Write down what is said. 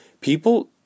People